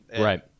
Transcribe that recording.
Right